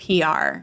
PR